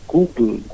Google